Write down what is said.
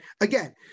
again